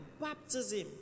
baptism